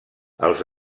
els